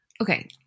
Okay